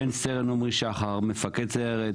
בן סרן עמרי שחר, מפקד סיירת.